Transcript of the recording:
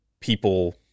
people